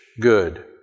good